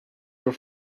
your